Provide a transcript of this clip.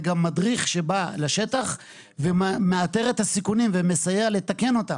וגם מדריך שבא לשטח ומאתר את הסיכונים ומסייע לתקן אותם.